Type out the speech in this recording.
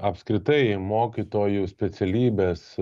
apskritai mokytojų specialybės